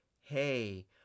hey